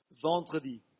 Vendredi